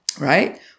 right